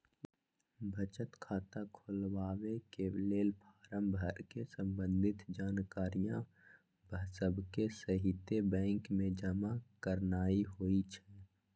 बचत खता खोलबाके लेल फारम भर कऽ संबंधित जानकारिय सभके सहिते बैंक में जमा करनाइ होइ छइ